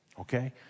Okay